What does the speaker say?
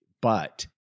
but-